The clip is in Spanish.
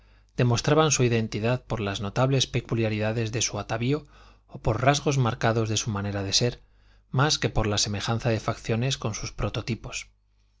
demostraban su identidad por las notables peculiaridades de su atavío o por rasgos marcados de su manera de ser más que por la semejanza de facciones con sus prototipos